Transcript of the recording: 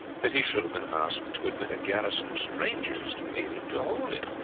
that he should have been asked to admit a garrison of strangers to aid him to hold it.